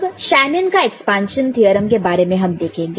अब शेनन का expansion theorem के बारे में हम देखेंगे